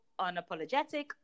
unapologetic